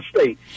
state